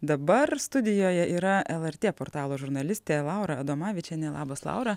dabar studijoje yra lrt portalo žurnalistė laura adomavičienė labas laura